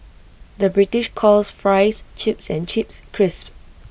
the British calls Fries Chips and Chips Crisps